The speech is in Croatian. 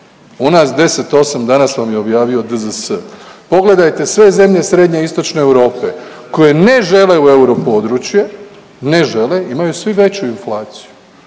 u nas 10,8 danas vam je objavio DZS. Pogledajte sve zemlje srednje i istočne Europe koje ne žele u europodručje, ne žele, imaju svi veću inflaciju